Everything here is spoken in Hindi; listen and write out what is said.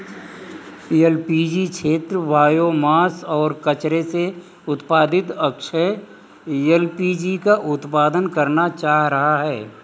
एल.पी.जी क्षेत्र बॉयोमास और कचरे से उत्पादित अक्षय एल.पी.जी का उत्पादन करना चाह रहा है